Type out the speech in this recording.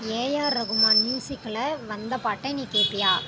AR Rahman மியூசிக்கில் வந்த பாட்டை நீ கேட்பியா